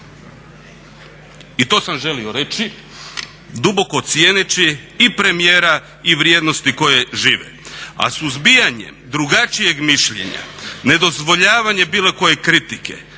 I to sam želio reći, duboko cijeneći i premijera i vrijednosti koje žive. A suzbijanje drugačijeg mišljenja, nedozvoljavanje bilo koje kritike,